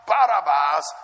Barabbas